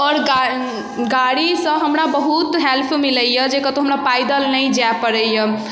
आओर गाड़ी गाड़ीसँ हमरा बहुत हेल्प मिलैए जे कतहु हमरा पैदल नहि जा पड़ैए